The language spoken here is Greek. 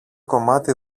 κομμάτι